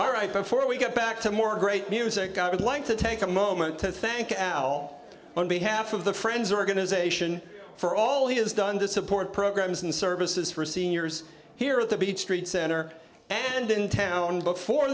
all right before we get back to more great music i would like to take a moment to thank al on behalf of the friends organization for all he has done to support programs and services for seniors here at the beach street center and in town before